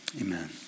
amen